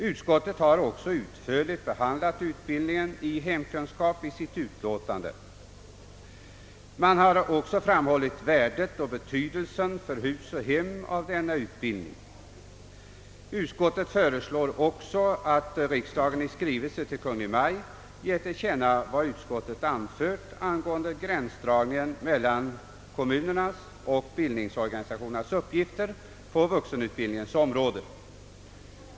Utskottet har också i utlåtandet utförligt behandlat utbildningen i hemkunskap. Värdet och betydelsen för hus och hem av denna utbildning har också framhållits av utskottet, som även föreslår att riksdagen i skrivelse till Kungl. Maj:t ger till känna vad utskottet anfört angående gränsdragningen mellan kommunernas och bildningsorganisationernas uppgifter på vuxenutbildningens område.